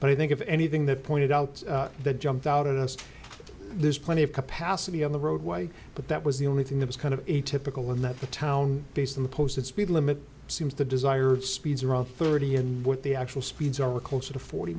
but i think of anything that pointed out that jumped out at us there's plenty of capacity on the roadway but that was the only thing that was kind of a typical in that the town based on the posted speed limit seems the desired speeds around thirty and what the actual speeds are closer to forty